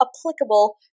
applicable